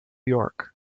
york